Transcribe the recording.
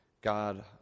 God